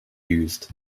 used